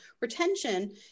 retention